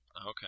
Okay